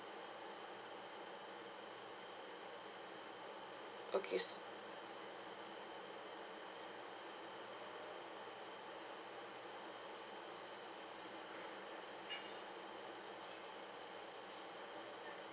okay